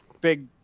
big